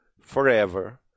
forever